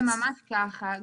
זה ממש ככה.